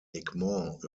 egmont